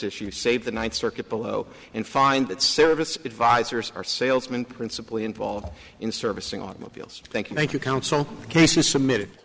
issue save the ninth circuit below and find that service advisors are salesman principle involved in servicing automobiles thank you thank you counsel case is submitted